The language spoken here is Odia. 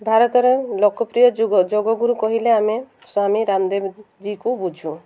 ଭାରତରେ ଲୋକପ୍ରିୟ ଯୁଗ ଯୋଗଗୁରୁ କହିଲେ ଆମେ ସ୍ୱାମୀ ରାମଦେବ ଜୀଙ୍କୁ ବୁଝୁ